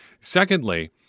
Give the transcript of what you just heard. Secondly